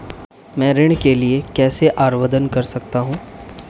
मैं ऋण के लिए कैसे आवेदन कर सकता हूं?